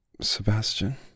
Sebastian